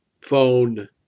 phone